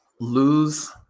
lose